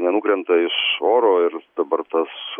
nenukrenta iš oro ir dabar tas